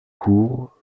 court